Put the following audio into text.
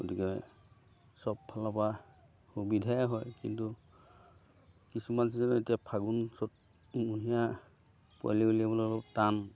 গতিকে চব ফালৰপৰা সুবিধাই হয় কিন্তু কিছুমান চিজনত এতিয়া ফাগুণ চ'তমহীয়া পোৱালি উলিয়াবলৈ অলপ টান